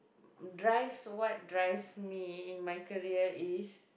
drives what drives me in my career is